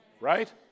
right